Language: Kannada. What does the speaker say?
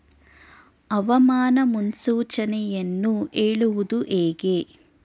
ಹವಾಮಾನ ಮುನ್ಸೂಚನೆಯನ್ನು ಹೇಳುವುದು ಹೇಗೆ?